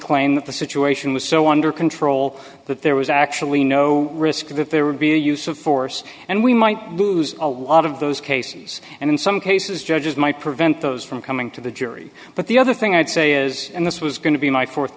claim that the situation was so under control that there was actually no risk that there would be a use of force and we might lose a lot of those cases and in some cases judges might prevent those from coming to the jury but the other thing i'd say is and this was going to be my fourth